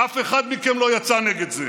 אף אחד מכם לא יצא נגד זה.